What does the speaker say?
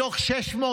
מתוך 600,